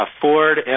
Ford